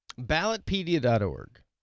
Ballotpedia.org